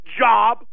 job